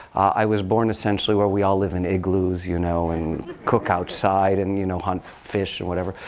i was born, essentially, where we all live in igloos you know and cook outside and you know hunt fish and whatever.